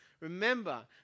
Remember